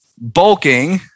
Bulking